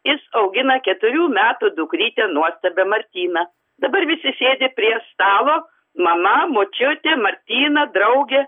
jis augina keturių metų dukrytę nuostabią martyną dabar visi sėdi prie stalo mama močiutė martyna draugė